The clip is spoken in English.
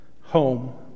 home